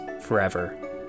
forever